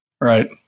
Right